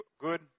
good